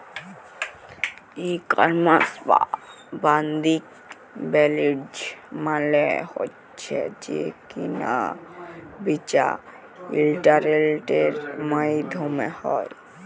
ই commerce বা বাদ্দিক বালিজ্য মালে হছে যে কিলা বিচা ইলটারলেটের মাইধ্যমে হ্যয়